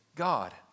God